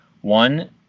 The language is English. One